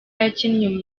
yakinnye